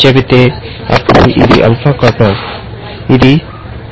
అప్పుడు ఇది alpha cut of